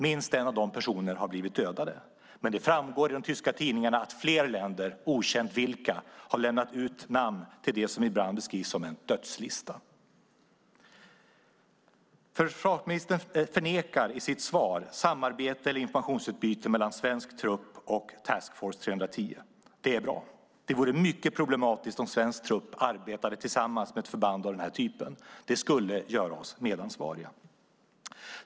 Minst en av de personerna har blivit dödad. Av tyska tidningar framgår att fler länder, okänt vilka, har lämnat ut namn till vad som ibland beskrivs som en dödslista. I sitt svar här förnekar försvarsministern samarbete eller informationsutbyte mellan svensk trupp och Task Force 3-10. Det är bra, för det vore mycket problematiskt om svensk trupp arbetade tillsammans med ett förband av nämnda typ. Det skulle göra oss medansvariga.